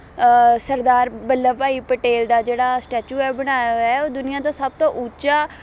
ਸਰਦਾਰ ਵੱਲਭ ਭਾਈ ਪਟੇਲ ਦਾ ਜਿਹੜਾ ਸਟੈਚੂ ਹੈ ਬਣਾਇਆ ਹੋਇਆ ਹੈ ਉਹ ਦੁਨੀਆਂ ਤੋਂ ਸਭ ਤੋਂ ਉੱਚਾ